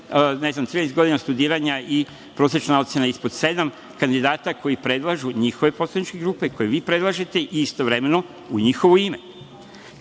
13 godina studiranja i prosečna ocena ispod sedam, kandidata koje predlažu njihove poslaničke grupe, koje vi predlažete i istovremeno u njihovo ime. Kao